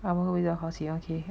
I go with the house he okay